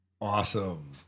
Awesome